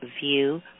view